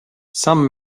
some